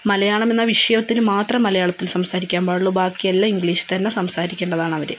മലയാളമെന്ന വിഷയത്തിൽ മാത്രം മലയാളത്തിൽ സംസാരിക്കാൻ പാടുള്ളു ബാക്കിയെല്ലം ഇംഗ്ലീഷിൽത്തന്നെ സംസാരിക്കേണ്ടതാണ് അവർ